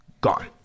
gone